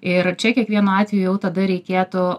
ir čia kiekvienu atveju jau tada reikėtų